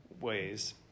ways